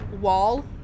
wall